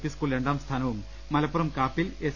P school രണ്ടാം സ്ഥാനവും മലപ്പുറം കാപ്പിൽ എസ്